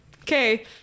Okay